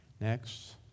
Next